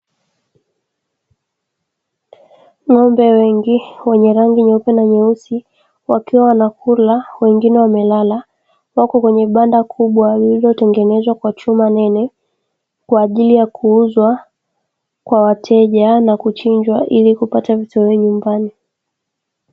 Ng'ombe wengi wenye rangi nyeupe na nyeusi, wakiwa wanakula na wengine wamelala, wapo kwenye banda kubwa lililotengenezwa kwa chuma nene kwa ajili ya kuuzwa kwa wateja na kuchinjwa ili kupata vitoweo nyumbani.